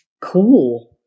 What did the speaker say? Cool